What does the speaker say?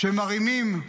שמרימים,